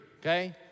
okay